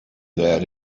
that